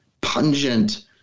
pungent